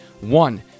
One